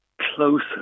closer